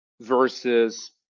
versus